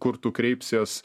kur tu kreipsies